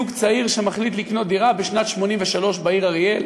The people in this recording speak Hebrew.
זוג צעיר שמחליט לקנות דירה בשנת 1983 בעיר אריאל